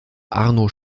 arno